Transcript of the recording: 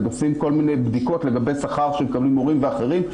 הם עושים כל מיני בדיקות לגבי שכר שמקבלים מורים ואחרים,